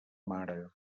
mare